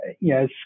yes